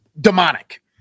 Demonic